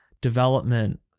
development